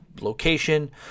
location